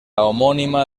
homónima